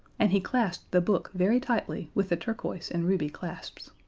and he clasped the book very tightly with the turquoise and ruby clasps.